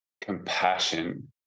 compassion